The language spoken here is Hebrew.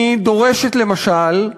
היא דורשת, למשל,